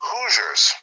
Hoosiers